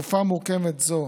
בתקופה מורכבת זו,